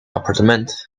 appartement